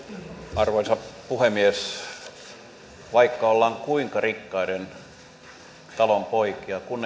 arvoisa puhemies vaikka ollaan kuinka rikkaiden talojen poikia niin kun